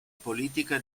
politica